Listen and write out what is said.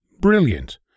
Brilliant